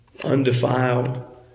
undefiled